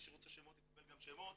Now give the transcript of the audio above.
מי שרוצה שמות יקבל גם שמות